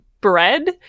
bread